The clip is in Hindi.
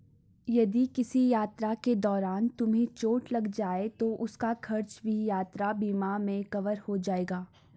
यदि किसी यात्रा के दौरान तुम्हें चोट लग जाए तो उसका खर्च भी यात्रा बीमा में कवर हो जाएगा